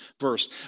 verse